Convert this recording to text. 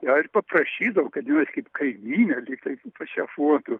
ją ir paprašydavo kad jinais kaip kaimynė lyg tai pašefuotų